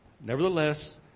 Nevertheless